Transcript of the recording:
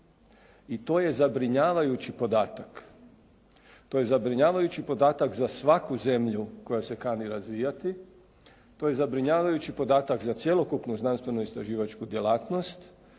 i to je zabrinjavajući podatak. To je zabrinjavajući podatak za svaku zemlju koja se kani razvijati, to je zabrinjavajući podatak za cjelokupnu znanstveno-istraživačku djelatnost